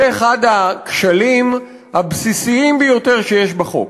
זה אחד הכשלים הבסיסיים ביותר שיש בחוק: